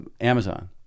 Amazon